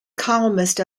columnist